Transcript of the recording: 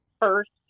first